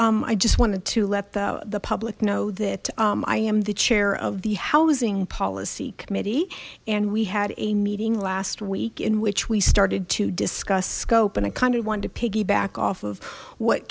paul i just wanted to let the the public know that i am the chair of the housing policy committee and we had a meeting last week in which we started to discuss scope and i kind of wanted to piggyback off of what